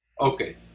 Okay